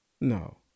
No